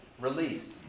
released